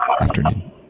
afternoon